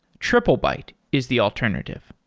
triplebyte is the alternative.